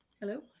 Hello